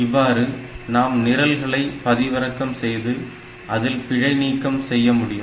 இவ்வாறு நாம் நிரல்களை பதிவிறக்கம் செய்து அதில் பிழைநீக்கம் செய்ய முடியும்